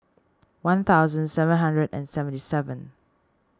one thousand seven hundred and seventy seven